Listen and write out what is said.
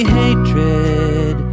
hatred